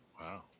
Wow